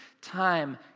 time